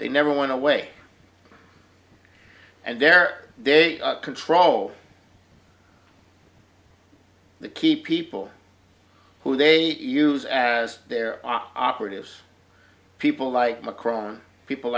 they never went away and they're they control the key people who they use as their operatives people like mccrone people